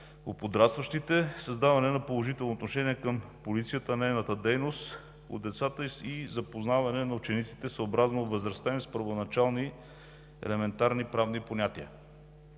у подрастващите; създаване на положително отношение към Полицията и нейната дейност у децата; и запознаване на учениците, съобразно възрастта им, с първоначални, елементарни правни понятия.